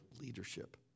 leadership